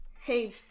Hey